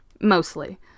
Mostly